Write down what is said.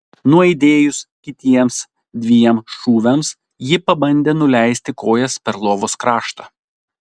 nuaidėjus kitiems dviem šūviams ji pabandė nuleisti kojas per lovos kraštą